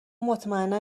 مطمئنا